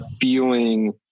feeling